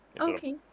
Okay